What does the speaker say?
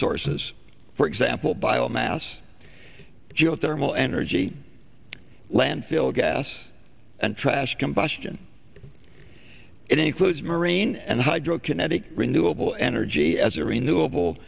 sources for example biomass geothermal energy landfill gas and trash combustion it includes marine and hydro kinetic renewable energy as a renewable